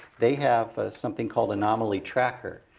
they have something called anomaly tracker.